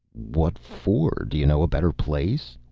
what for? do you know a better place?